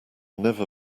never